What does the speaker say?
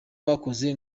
bakoze